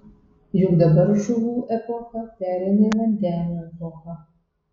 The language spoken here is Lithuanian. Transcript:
juk dabar žuvų epocha pereina į vandenio epochą